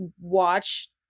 watch